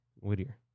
whittier